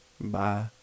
bye